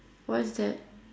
what's that